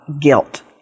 guilt